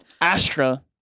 Astra